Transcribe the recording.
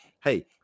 hey